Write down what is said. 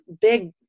big